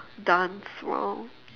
dance around